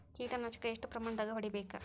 ಕೇಟ ನಾಶಕ ಎಷ್ಟ ಪ್ರಮಾಣದಾಗ್ ಹೊಡಿಬೇಕ?